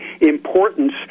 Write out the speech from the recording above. importance